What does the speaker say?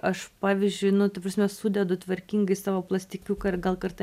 aš pavyzdžiui nu ta prasme sudedu tvarkingai savo plastikiuką ir gal kartą